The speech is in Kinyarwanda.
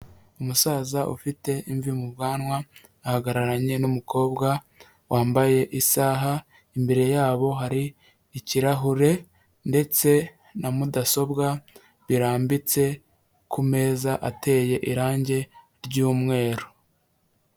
Umusaza ufite imvi mu bwanwa, ahagararanye n'umukobwa wambaye isaha, imbere yabo hari ikirahure ndetse na mudasobwa birambitse ku meza ateye irangi ry'umweru.